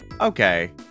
okay